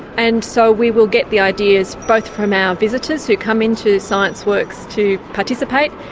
and so we will get the ideas both from our visitors who come in to scienceworks to participate,